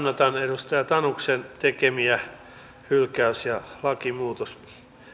kannatan edustaja tanuksen tekemiä hylkäys ja lakimuutosesityksiä